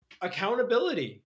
accountability